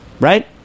right